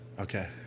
Okay